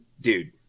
dude